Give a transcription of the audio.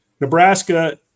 Nebraska